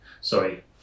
Sorry